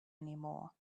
anymore